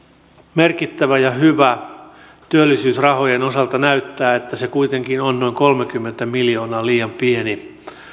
merkittävä ja hyvä työllisyysrahojen osalta näyttää että se kuitenkin on noin kolmekymmentä miljoonaa liian pieni